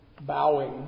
bowing